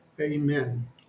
Amen